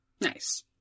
Nice